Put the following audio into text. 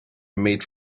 made